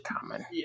common